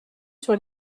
sur